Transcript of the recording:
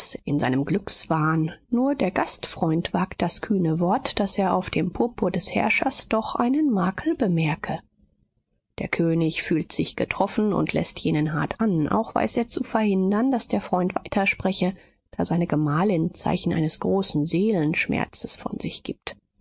in seinem glückswahn nur der gastfreund wagt das kühne wort daß er auf dem purpur des herrschers doch einen makel bemerke der könig fühlt sich getroffen und läßt jenen hart an auch weiß er zu verhindern daß der freund weiterspreche da seine gemahlin zeichen eines großen seelenschmerzes von sich gibt